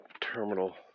terminal